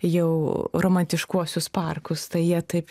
jau romantiškuosius parkus tai jie taip